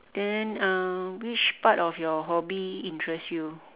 then um which part of your hobby interest you